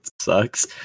Sucks